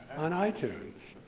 on ah itunes.